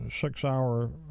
six-hour